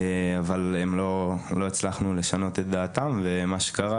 אבל לא הצלחנו לשנות את דעתם ומה קרה